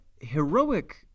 heroic